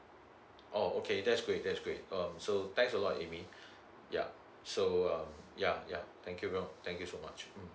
oh okay that's great that's great um so thanks a lot amy yeah so um yeah yeah thank you ver~ thank you so much mm